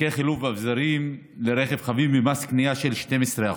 חלקי חילוף ואביזרים לרכב חבים במס קנייה של 12%,